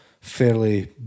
fairly